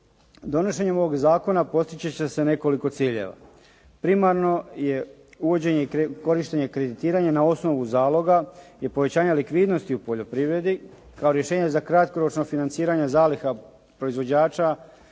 Donošenjem ovog zakona postići će se nekoliko ciljeva. Primarno je uvođenje, korištenje i kreditiranje na osnovu zaloga i povećanje likvidnosti u poljoprivredi kao rješenja za kratkoročno financiranje zaliha proizvođača,